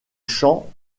chants